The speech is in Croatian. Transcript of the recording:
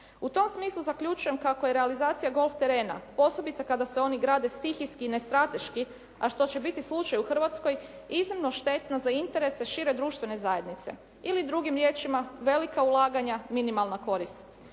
U tom smislu zaključujem kako je realizacija golf terena posebice kada se oni grade stihijski i nestrateški a što će biti slučaj u Hrvatskoj iznimno štetna za interese šire društvene zajednice. Ili drugim riječima, velika ulaganja, minimalna korist.